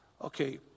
Okay